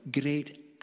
great